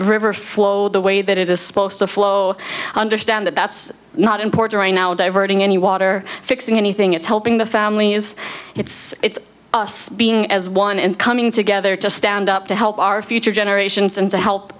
flow the way that it is supposed to flow understand that that's not important right now diverting any water fixing anything it's helping the families it's it's being as one and coming together to stand up to help our future generations and to help